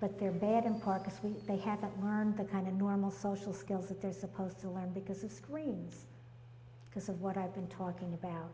but they're bad and carcass when they have that learned the kind of normal social skills that there's supposed to learn because of screens because of what i've been talking about